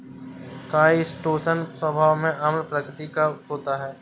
chitosan स्वभाव में अम्ल प्रकृति का होता है